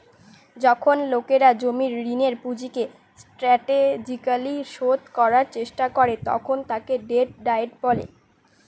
যখন লোকেরা জমির ঋণের পুঁজিকে স্ট্র্যাটেজিকালি শোধ করার চেষ্টা করে তখন তাকে ডেট ডায়েট বলে